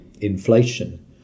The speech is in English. inflation